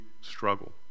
struggle